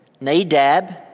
Nadab